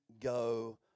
go